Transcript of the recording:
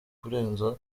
kurenza